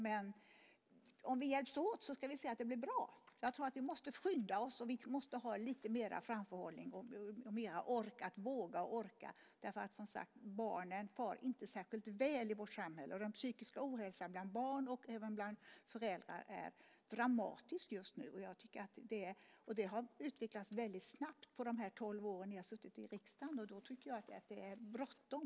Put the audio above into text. Men om vi hjälps ska vi se att det blir bra. Jag tror att vi måste skynda oss. Och vi måste ha lite mer framförhållning och lite mer ork och våga därför att barnen inte far särskilt väl i vårt samhälle. Och den psykiska ohälsan bland barn och även bland föräldrar ökar dramatiskt just nu. Det har utvecklats väldigt snabbt under de tolv år som jag har suttit i riksdagen. Därför tycker jag faktiskt att det är bråttom.